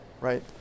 right